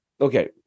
okay